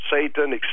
satan